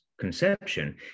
conception